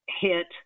hit